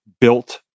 built